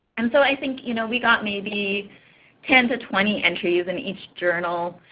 and so i think you know we got maybe ten to twenty entries in each journal.